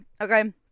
okay